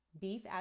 beef